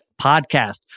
podcast